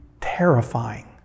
terrifying